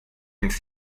nic